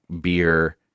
beer